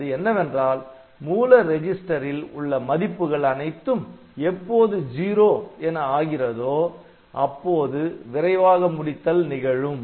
அது என்னவென்றால் மூல ரெஜிஸ்டரில் உள்ள மதிப்புகள் அனைத்தும் எப்போது '0' என ஆகிறதோ அப்போது "விரைவாக முடித்தல்" நிகழும்